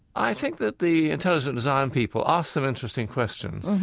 i think that the intelligent design people ask some interesting questions.